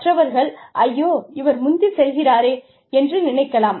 மற்றவர்கள் ஐயோ இவர் முந்தி செல்கிறாரே என்று நினைக்கலாம்